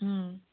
ꯎꯝ